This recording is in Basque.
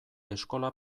eskola